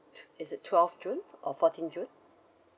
is it twelfth june or fourteenth june